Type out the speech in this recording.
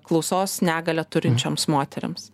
klausos negalią turinčioms moterims